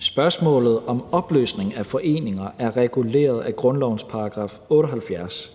Spørgsmålet om opløsning af foreninger er reguleret af grundlovens § 78.